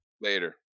Later